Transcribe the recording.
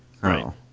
Right